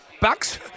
Bucks